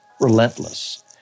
relentless